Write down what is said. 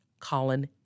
Colin